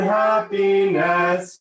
happiness